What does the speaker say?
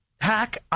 hack